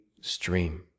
stream